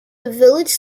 village